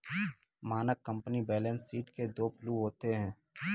मानक company balance sheet के दो फ्लू होते हैं